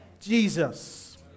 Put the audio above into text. Jesus